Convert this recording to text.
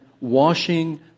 washing